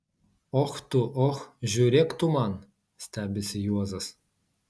och tu och žiūrėk tu man stebisi juozas